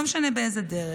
לא משנה באיזו דרך,